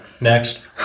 Next